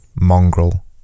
Mongrel